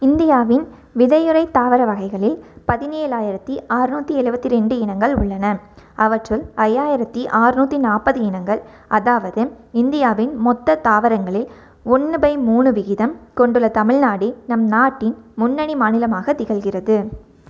இந்தியாவின் விதையுறைத் தாவர வகைகளில் பதினேழாயிரத்தி அறநூத்தி எழுவத்தி ரெண்டு இனங்கள் உள்ளன அவற்றுள் ஐயாயிரத்தி அறநூத்தி நாற்பது இனங்கள் அதாவது இந்தியாவின் மொத்தத் தாவரங்களில் ஒன்று பை மூணு விகிதம் கொண்டுள்ள தமிழ்நாடே நம் நாட்டின் முன்னணி மாநிலமாகத் திகழ்கிறது